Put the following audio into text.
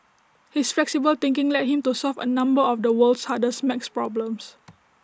his flexible thinking led him to solve A number of the world's hardest maths problems